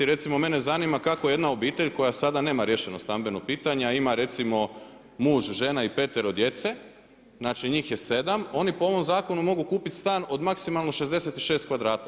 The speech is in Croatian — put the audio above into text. Recimo, mene zanima kako jedna obitelj koja sada nema riješeno stambeno pitanje a ima recimo muž, žena i petero djeca, znači njih je 7, oni po ovom zakonu mogu kupiti stan od maksimalno 66 kvadrata.